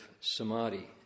Samadhi